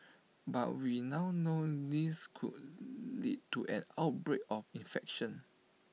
but we now know this could lead to an outbreak of infection